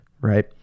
right